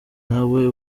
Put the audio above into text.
ntawe